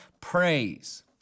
praise